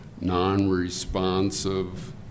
non-responsive